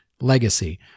legacy